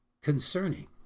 concerning